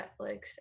netflix